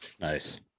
Nice